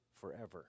forever